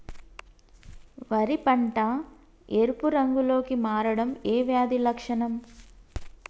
వరి పంట ఎరుపు రంగు లో కి మారడం ఏ వ్యాధి లక్షణం?